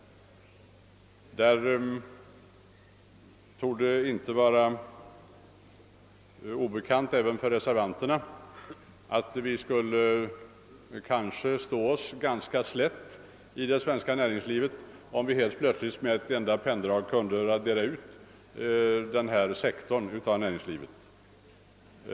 Det torde inte heller för reservanterna vara obekant att vi troligen skulle stå oss ganska slätt i det svenska näringslivet om man plötsligt, med ett enda penndrag, raderade ut denna sektor av näringslivet.